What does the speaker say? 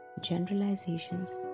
generalizations